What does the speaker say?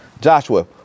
Joshua